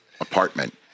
apartment